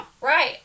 Right